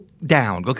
down